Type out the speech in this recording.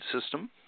system